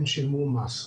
הם שילמו מס.